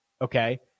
Okay